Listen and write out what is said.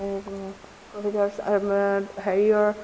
ক'ভিডৰ হেৰিয়ৰ